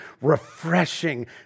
refreshing